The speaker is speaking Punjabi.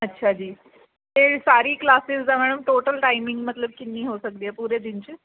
ਅੱਛਾ ਜੀ ਅਤੇ ਸਾਰੀ ਕਲਾਸਿਸ ਦਾ ਮੈਡਮ ਟੋਟਲ ਟਾਈਮਿੰਗ ਮਤਲਬ ਕਿੰਨੀ ਹੋ ਸਕਦੀ ਹੈ ਪੂਰੇ ਦਿਨ 'ਚ